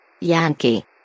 Yankee